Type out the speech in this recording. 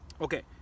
okay